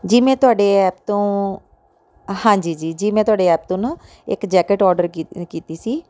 ਜੀ ਮੈਂ ਤੁਹਾਡੇ ਐਪ ਤੋਂ ਹਾਂਜੀ ਜੀ ਜੀ ਮੈਂ ਤੁਹਾਡੇ ਐਪ ਤੋਂ ਨਾ ਇੱਕ ਜੈਕਟ ਔਡਰ ਕੀ ਕੀਤੀ ਸੀ